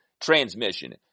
transmission